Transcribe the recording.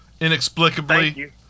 inexplicably